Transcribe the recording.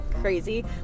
crazy